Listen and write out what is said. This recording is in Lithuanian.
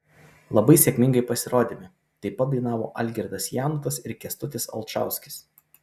labai sėkmingai pasirodėme taip pat dainavo algirdas janutas ir kęstutis alčauskis